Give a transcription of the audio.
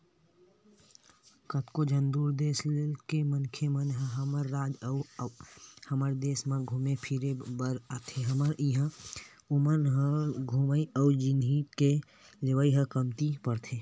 कतको झन दूसर देस के मनखे मन ह हमर राज अउ हमर देस म घुमे फिरे बर आथे हमर इहां ओमन ल घूमई अउ जिनिस के लेवई ह कमती परथे